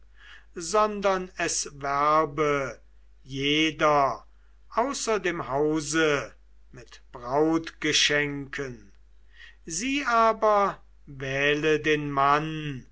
sondern es werbe jeder außer dem hause mit brautgeschenken sie aber wähle den mann